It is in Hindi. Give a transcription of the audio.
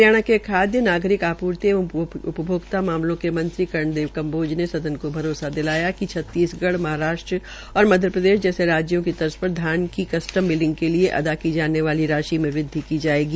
हरियाणा के खादयनागरिक आपूर्ति एवं उपभोक्ता मामलों के मंत्री कर्ण देव कम्बोज ने सदन को भरोसा दिलाया कि छतीसगढ़ महाराष्ट्र और मध्यप्रदेश जैसे राज्यों की तर्ज पर धन की कस्टम मिलिंग के लिये अदा की जाने वाली राशि में वृदवि की जायेगी